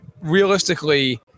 realistically